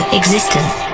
existence